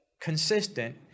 consistent